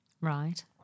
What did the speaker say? Right